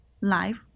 life